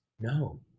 no